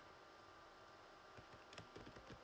mm